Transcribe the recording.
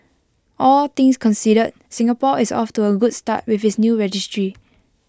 all things considered Singapore is off to A good start with its new registry